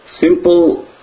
simple